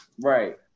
Right